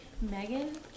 Megan